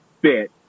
bit